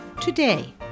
Today